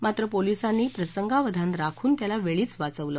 मात्र पोलिसांनी प्रसंगवधान राखून त्याला वेळीच वाचवलं